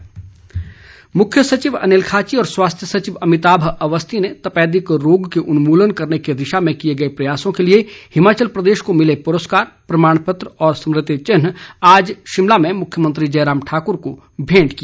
तपेदिक पुरस्कार मुख्य सचिव अनिल खाची और स्वास्थ्य सचिव अमिताभ अवस्थी ने तपेदिक रोग के उन्मूलन करने की दिशा में किए गए प्रयासों के लिए हिमाचल प्रदेश को मिले पुरस्कार प्रमाण पत्र और स्मृति चिन्ह आज शिमला में मुख्यमंत्री जय राम ठाकुर को भेंट किया